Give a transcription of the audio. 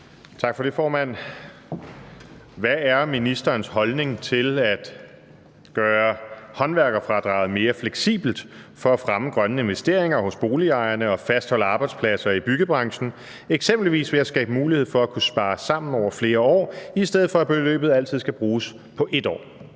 Hvad er ministerens holdning til at gøre håndværkerfradraget mere fleksibelt for at fremme grønne investeringer hos boligejerne og fastholde arbejdspladser i byggebranchen – eksempelvis ved at skabe mulighed for at kunne spare sammen over flere år, i stedet for at beløbet altid skal bruges på 1 år?